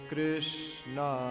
Krishna